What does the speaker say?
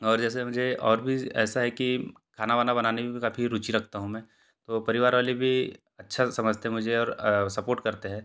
और जैसे मुझे और भी ऐसा है कि खाना वाना बनाने में भी काफ़ी रुचि रखता हूँ मैं तो परिवार वाले भी अच्छा समझते मुझे और सपोर्ट करते हैं